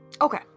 Okay